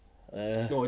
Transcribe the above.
err